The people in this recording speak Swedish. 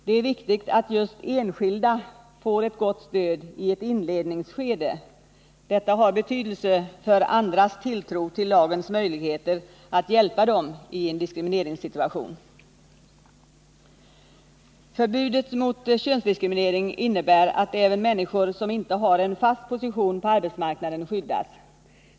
Det är viktigt att just enskilda får ett gott stöd i ett inledningsskede; detta har betydelse för andras tilltro till lagens möjligheter att hjälpa dem i en diskrimineringssituation. Förbudet mot könsdiskriminering innebär att även människor som inte har en fast position på arbetsmarknaden skyddas.